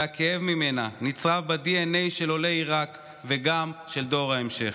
והכאב ממנה נצרב בדנ"א של עולי עיראק וגם של דור ההמשך.